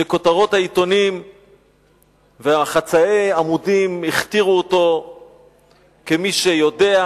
שכותרות העיתונים וחצאי עמודים הכתירו אותו כמי שיודע,